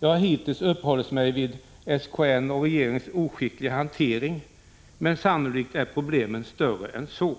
Jag har hittills uppehållit mig vid SKN:s och regeringens oskickliga hantering, men sannolikt är problemen större än så.